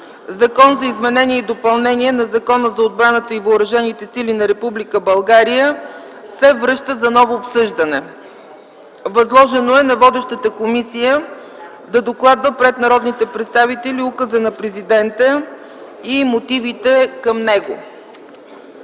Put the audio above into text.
Закон за изменение и допълнение на Закона за отбраната и въоръжените сили на Република България се връща за ново обсъждане. Възложено е на водещата комисия да докладва пред народните представители указа на Президента и мотивите към него.